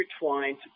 intertwined